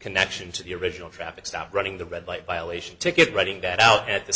connection to the original traffic stop running the red light violation ticket reading that out at the